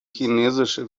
chinesische